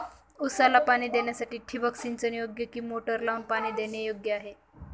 ऊसाला पाणी देण्यासाठी ठिबक सिंचन योग्य कि मोटर लावून पाणी देणे योग्य आहे?